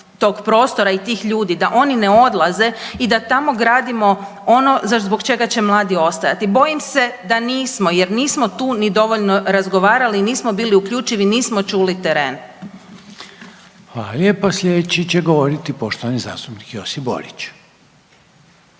prostora i tih ljudi, da oni ne odlaze i da tamo gradimo ono zbog čega će mladi ostajati. Bojim se da nismo, jer nismo tu ni dovoljno razgovarali, nismo bili uključivi, nismo čuli teren. **Reiner, Željko (HDZ)** Hvala lijepo. Sljedeći će govoriti poštovani zastupnik Josip Borić.